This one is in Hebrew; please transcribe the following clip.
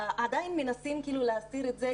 עדיין מנסים להסתיר את זה,